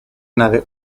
nave